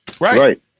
Right